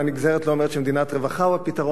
הנגזרת לא אומרת שמדינת רווחה היא הפתרון.